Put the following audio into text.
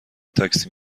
تاکسی